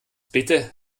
bitte